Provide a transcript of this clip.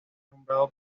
nombrado